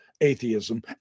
atheism